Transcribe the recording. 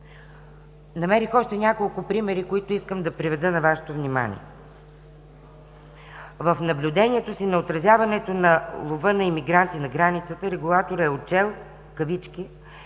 намерих още няколко примера, които искам да приведа на Вашето внимание. В наблюдението си на отразяването на лова на имигранти на границата, регулаторът е отчел „медийно